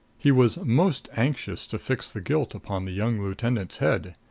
he was most anxious to fix the guilt upon the young lieutenant's head.